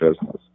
business